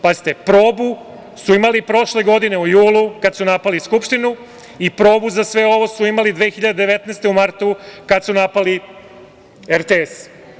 Pazite, probu su imali prošle godine u julu, kad su napali Skupštinu i probu za sve ovo su imali 2019. godine u martu, kad su napali RTS.